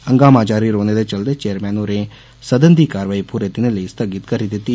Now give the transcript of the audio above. हंगामा जारी रोहने दे चलदे चेयरमैन होरें सदन दी कार्रवाई पूरे दिनै लेई स्थगित करी दित्ती